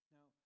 Now